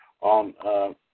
on